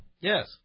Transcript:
Yes